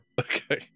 Okay